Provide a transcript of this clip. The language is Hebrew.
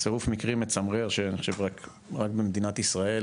צירוף מקרים מצמרר שרק במדינת ישראל,